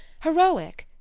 heroic,